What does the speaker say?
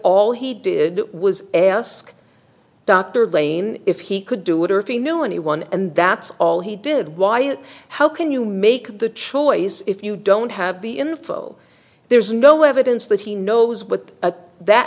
all he did was ask dr lane if he could do it or if he knew anyone and that's all he did why and how can you make the choice if you don't have the info there's no evidence that he knows what